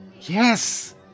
YES